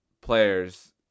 players